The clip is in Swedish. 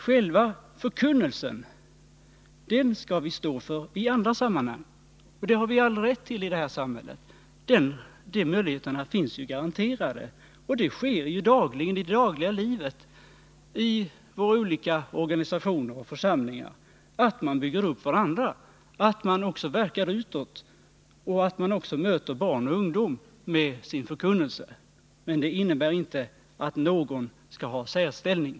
Själva förkunnelsen skall vi stå för i andra sammanhang, och det har vi all rätt till i det här samhället. De möjligheterna finns garanterade, och det sker ju dagligen i olika organisationer och församlingar att man bygger upp varandra, att man också verkar utåt och att man möter barn och ungdom med Nr 117 sin förkunnelse. Men det innebär inte att någon skall ha särställning.